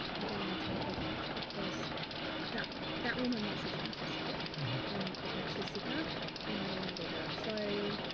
i don't want to take those drugs because that that woman wants to change herself and it makes us sicker and i don't want to do that. so,